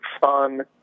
fun